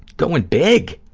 going big,